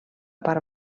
part